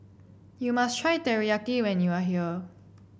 you must try Teriyaki when you are here